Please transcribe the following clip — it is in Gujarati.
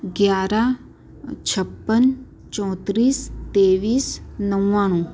અગિયાર છપ્પન ચોંત્રીસ ત્રેવીસ નવ્વાણું